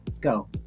Go